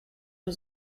nur